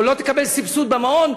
או לא תקבל סבסוד במעון,